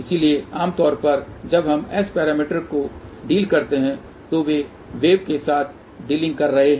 इसलिए आमतौर पर जब हम S पैरामीटर को डील करते हैं तो वे वेव के साथ डीलिंग कर रहे हैं